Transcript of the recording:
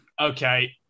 Okay